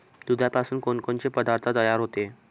दुधापासून कोनकोनचे पदार्थ तयार होते?